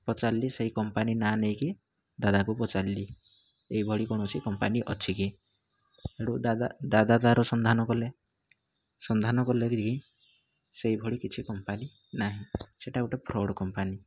ପଚାରିଲି ସେଇ କମ୍ପାନୀ ନାଆ ନେଇକି ଦାଦାକୁ ପଚାରିଲି ଏଇଭଳି କୌଣସି କମ୍ପାନୀ ଅଛି କି ହେଟୁ ଦାଦା ଦାଦା ତା'ର ସନ୍ଧାନ କଲେ ସନ୍ଧାନ କଲେ କିରି ସେଇ ଭଳି କିଛି କମ୍ପାନୀ ନାହିଁ ସେଟା ଗୋଟେ ଫ୍ରଡ଼୍ କମ୍ପାନୀ